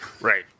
Right